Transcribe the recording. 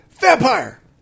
vampire